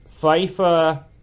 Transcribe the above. FIFA